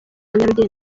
nyarugenge